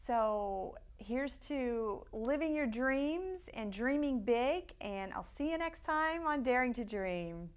so here's to living your dreams and dreaming big and i'll see you next time on daring to dream